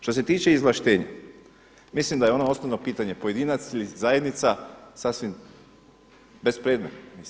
Što se tiče izvlaštenja, mislim da je ono osnovno pitanje pojedinac ili zajednica sasvim bespredmetno.